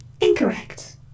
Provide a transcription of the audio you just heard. Incorrect